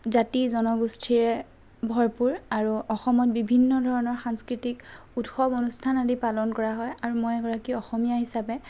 জাতি জনগোষ্ঠীৰে ভৰপূৰ আৰু অসমত বিভিন্ন ধৰণৰ সাংস্কৃতিক উৎসৱ অনুষ্ঠান আদি পালন কৰা হয় আৰু আৰু মই এগৰাকী অসমীয়া হিচাপে